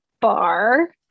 bar